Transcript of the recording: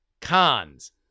Cons